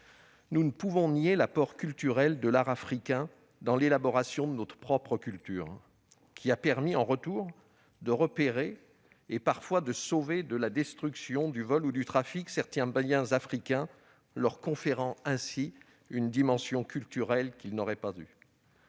Nous ne pouvons nier l'apport culturel de l'art africain dans l'élaboration de notre propre culture. Il a permis en retour de repérer, et parfois de sauver de la destruction, du vol ou du trafic, certains biens africains, leur conférant ainsi une dimension culturelle qu'ils n'auraient pas eue.